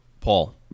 paul